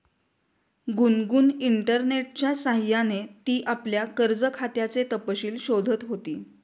गुनगुन इंटरनेटच्या सह्याने ती आपल्या कर्ज खात्याचे तपशील शोधत होती